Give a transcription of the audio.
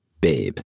babe